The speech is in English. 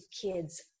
kids